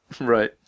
right